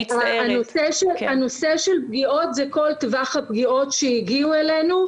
הנושא של פגיעות זה כל טווח הפגיעות שהגיעו אלינו.